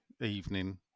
evening